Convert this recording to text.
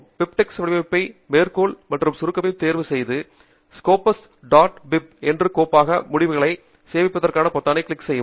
பிபிட்ஸ் வடிவமைப்பை மேற்கோள் மற்றும் சுருக்கங்களைத் தேர்வு செய்து ஸ்கோபஸ் டாட் பிபி என்ற கோப்பகமாக முடிவுகளை சேமிப்பதற்கான பொத்தானை கிளிக் செய்யவும்